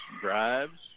drives